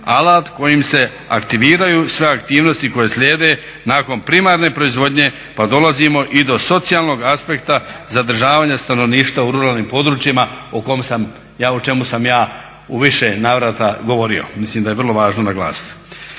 kojim se aktiviraju sve aktivnosti koje slijede nakon primarne proizvodnje pa dolazimo i do socijalnog aspekta zadržavanja stanovništva u ruralnim područjima o kom sam, o čemu sam ja u više navrata govorio. Mislim da je vrlo važno naglasiti.